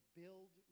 build